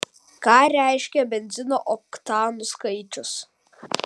ką reiškia benzino oktanų skaičius